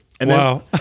Wow